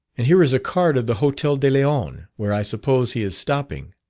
and here is a card of the hotel de leon, where i suppose he is stopping